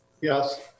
Yes